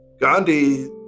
Gandhi